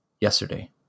yesterday